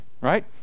right